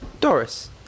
Doris